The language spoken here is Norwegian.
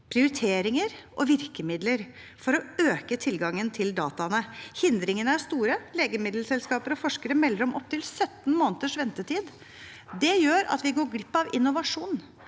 prioriteringer og virkemidler for å øke tilgangen til dataene. Hindringene er store. Legemiddelselskaper og forskere melder om opptil 17 måneders ventetid. Det gjør at vi går glipp av innovasjon